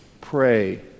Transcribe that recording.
pray